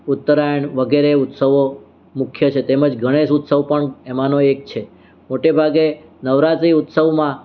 ઉત્તરાયણ વગેરે ઉત્સવો મુખ્ય છે તેમ જ ગણેશ ઉત્સવ પણ એમાંનો એક છે મોટે ભાગે નવરાત્રિ ઉત્સવમાં